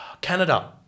Canada